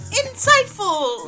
insightful